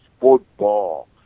football